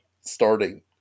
starting